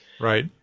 right